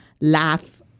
laugh